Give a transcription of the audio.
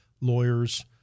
lawyers